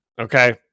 Okay